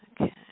Okay